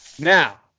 Now